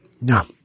No